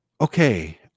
Okay